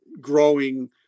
growing